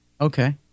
Okay